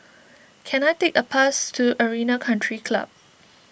can I take a bus to Arena Country Club